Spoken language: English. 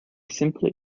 simple